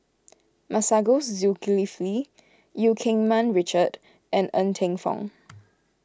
Masagos Zulkifli Eu Keng Mun Richard and Ng Teng Fong